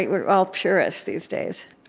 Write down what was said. we're all purists these days